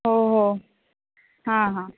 हो हो हां हां